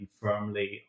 firmly